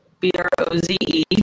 B-R-O-Z-E